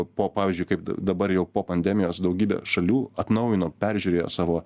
po pavyzdžiui kaip dabar jau po pandemijos daugybė šalių atnaujino peržiūrėjo savo